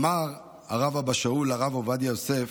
אמר הרב אבא שאול לרב עובדיה יוסף: